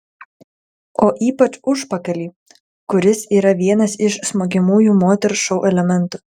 o ypač užpakalį kuris yra vienas iš smogiamųjų moters šou elementų